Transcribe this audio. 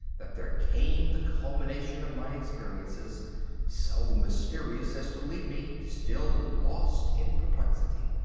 that there came the culmination of my experiences so mysterious as to leave me still lost in perplexity.